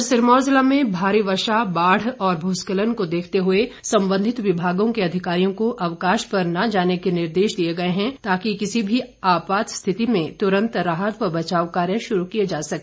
उधर सिरमौर जिला में भारी वर्षा बाढ़ और भूस्खलन को देखते हुए संबंधित विभागों के अधिकारियों को अवकाश पर न जाने के निर्देश दिए गए हैं ताकि किसी भी आपात स्थिति में तुरंत राहत व बचाव कार्य शुरू किए जा सके